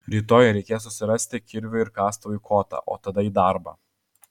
rytoj reikės susirasti kirviui ir kastuvui kotą o tada į darbą